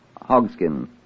Hogskin